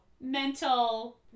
mental